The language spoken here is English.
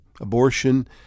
Abortion